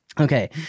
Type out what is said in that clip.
Okay